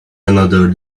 another